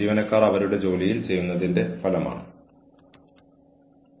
ജീവനക്കാർ സ്വയം എന്തിലേക്കാണ് പോകുന്നതെന്ന് അറിഞ്ഞിരിക്കണം